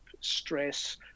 stress